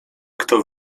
kto